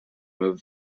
move